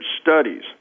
studies